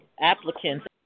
applicants